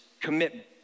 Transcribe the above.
commitment